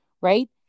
Right